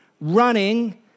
running